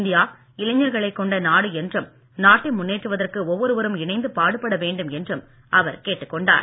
India இளைஞர்களை கொண்ட நாடு என்றும் நாட்டை முன்னேற்றுவதற்கு ஒவ்வொருவரும் இணைந்து பாடுபட வேண்டும் என்றும் அவர் கேட்டுக் கொண்டார்